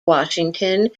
washington